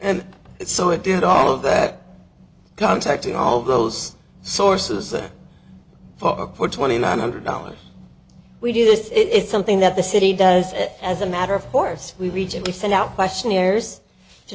and so it did all of that contacting all those sources up for twenty nine hundred dollars we do this it's something that the city does it as a matter of course we reach it we send out questionnaires to